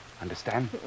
Understand